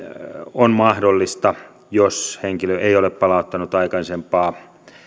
on mahdollinen jos henkilö ei ole palauttanut